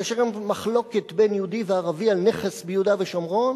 כאשר יש מחלוקת בין יהודי וערבי על נכס ביהודה ושומרון,